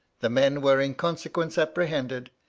the men were in consequence apprehended,